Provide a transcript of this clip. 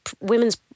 women's